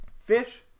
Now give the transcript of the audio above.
Fish